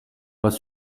pas